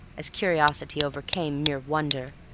as curiosity overcame mere wonder,